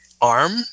arm